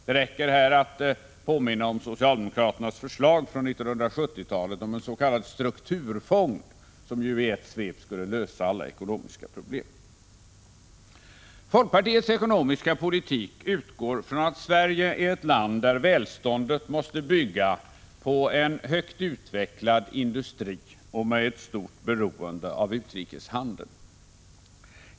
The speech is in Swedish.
Det räcker att här påminna om socialdemokraternas förslag från 1970-talet om en s.k. strukturfond, som i ett svep skulle lösa alla våra ekonomiska problem. Folkpartiets ekonomiska politik utgår från att Sverige är ett land där välståndet måste bygga på en högt utvecklad industri och med stort beroende av utrikeshandeln.